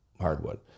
hardwood